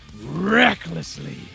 recklessly